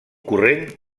corrent